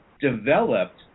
developed